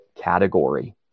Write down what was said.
category